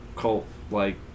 cult-like